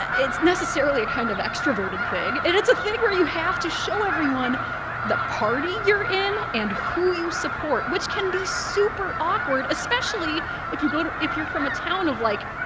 it's necessarily a kind of extroverted thing. and it's a thing where you have to show everyone the party you're in and who you support, which can be super awkward, awkward, especially if you go to if you're from a town of, like,